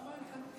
למה אין חנוכייה,